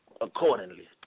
accordingly